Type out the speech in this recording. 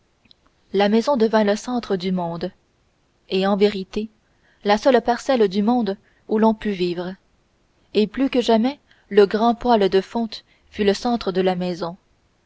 la maison devint le centre du monde et en vérité la seule parcelle du monde où l'on pût vivre et plus que jamais le grand poêle de fonte fut le centre de la maison